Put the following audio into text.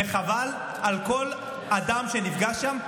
וחבל על כל אדם שנפגע שם.